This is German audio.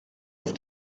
auf